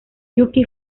yuki